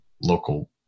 local